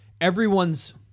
everyone's